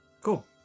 Cool